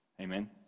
Amen